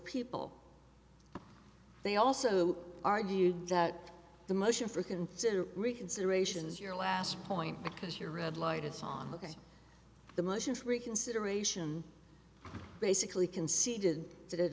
people they also argued that the motion for consider reconsiderations your last point because your red light and song ok the motion for reconsideration basically conceded that